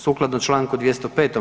Sukladno čl. 205.